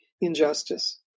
injustice